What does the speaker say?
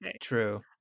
true